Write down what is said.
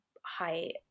high